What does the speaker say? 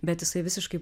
bet jisai visiškai